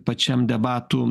pačiam debatų